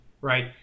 right